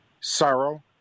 sorrow